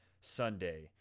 sunday